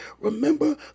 Remember